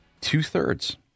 two-thirds